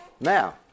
Now